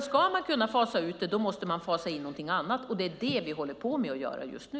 Ska man kunna fasa ut kärnkraften måste man fasa in någonting annat, och det är det vi håller på att göra just nu.